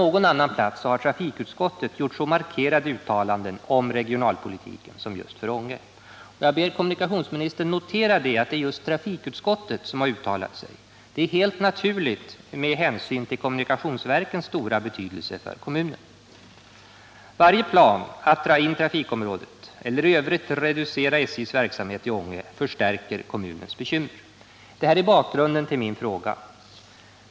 Jag tror inte att trafikutskottet har gjort så markerade uttalanden om regionalpolitiska hänsyn för någon annan plats som just för Ånge. Jag ber kommunikationsministern notera att det är trafikutskottet som har uttalat sig. Det är helt naturligt med tanke på kommunikationsverkens stora betydelse för kommunen. Varje plan att dra in trafikområdet eller i övrigt reducera SJ:s verksamhet i Ånge förstärker kommunens bekymmer. Detta är bakgrunden till min fråga.